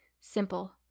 simple